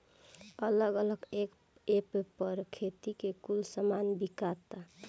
अलग अलग ऐप पर खेती के कुल सामान बिकाता